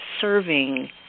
serving